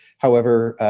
however,